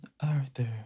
Arthur